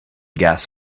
gas